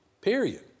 Period